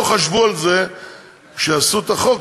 לא חשבו על זה כשעשו את החוק,